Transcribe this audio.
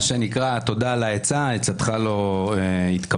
מה שנקרא "תודה על העצה, הצעתך לא נתקבלה".